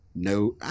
No